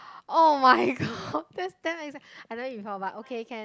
oh-my-god that's damn ex eh I know eat before but okay can